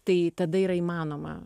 tai tada yra įmanoma